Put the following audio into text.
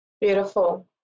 beautiful